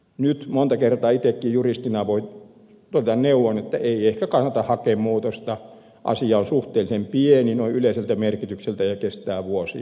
nyt monta kertaa itsekin juristina voin todeta neuvon että ei ehkä kannata hakea muutosta asia on suhteellisen pieni noin yleiseltä merkitykseltään ja kestää vuosia